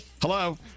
Hello